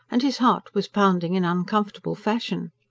and his heart was pounding in uncomfortable fashion.